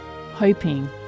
hoping